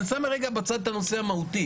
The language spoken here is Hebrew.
אבל אני שם רגע בצד את הנושא המהותי,